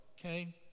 okay